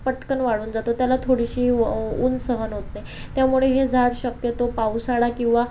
पटकन वाळून जातो त्याला थोडीशी ऊन सहन होत नाही त्यामुळे हे झाड शक्यतो पावसाळा किंवा